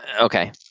Okay